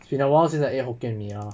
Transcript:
been a while since I ate hokkien mee ah